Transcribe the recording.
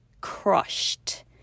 crushed